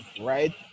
right